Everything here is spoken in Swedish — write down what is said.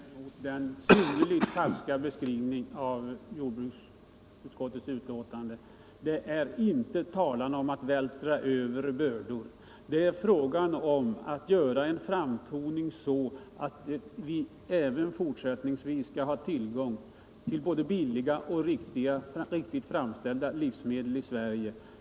Herr talman! Jag vill bestämt vända mig mot Svante Lundkvists synnerligen falska beskrivning av jordbruksutskottets betänkande. Det är inte tal om att vältra över bördor. Vad det är fråga om är att göra en framtoning, så att vi även fortsättningsvis skall ha tillgång till både billiga och riktigt framställda livsmedel i Sverige.